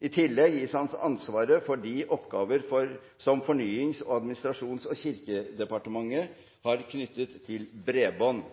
I tillegg gis han ansvaret for de oppgaver som Fornyings-, administrasjons- og kirkedepartementet har knyttet til bredbånd.